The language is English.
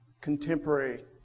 contemporary